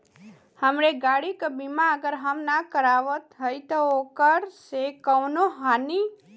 हमरे गाड़ी क बीमा अगर हम ना करावत हई त ओकर से कवनों हानि?